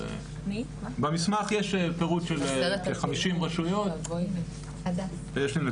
במסמך יש פירוט של כ-50 רשויות של נתונים